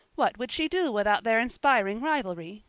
what would she do without their inspiring rivalry?